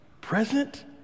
present